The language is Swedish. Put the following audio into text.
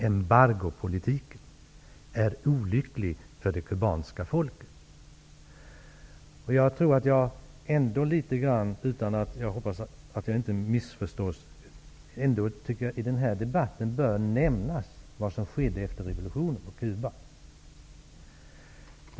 Embargopolitiken är olycklig för det kubanska folket. Jag tycker ändå, jag hoppas att jag inte missförstås, att litet grand bör nämnas om vad som skedde efter revolutionen på Cuba.